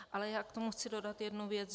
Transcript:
Ale já k tomu chci dodat jednu věc.